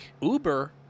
Uber